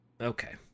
Okay